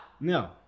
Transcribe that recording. No